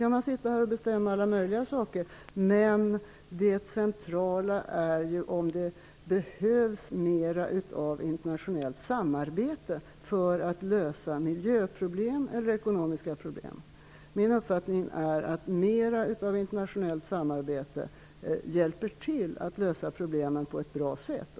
Man kan visserligen här bestämma alla möjliga saker, men det centrala är ju om det behövs mer av internationellt samarbete för att lösa miljöproblem och ekonomiska problem. Min uppfattning är att mer av internationellt samarbete hjälper till att lösa problemen på ett bra sätt.